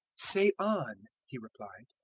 say on, he replied.